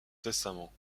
testament